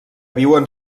viuen